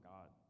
God